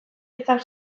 hitzak